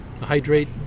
hydrate